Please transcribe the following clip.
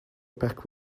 pack